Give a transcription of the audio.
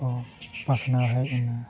ᱵᱚᱱ ᱯᱟᱥᱱᱟᱣ ᱦᱮᱡ ᱮᱱᱟ